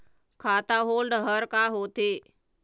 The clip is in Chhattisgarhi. खाता होल्ड हर का होथे?